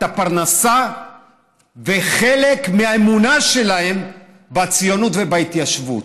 את הפרנסה וחלק מהאמונה שלהם בציונות ובהתיישבות.